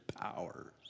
powers